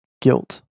guilt